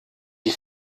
die